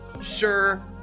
Sure